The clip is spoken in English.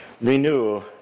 Renew